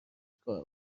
کار